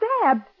stabbed